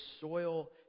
soil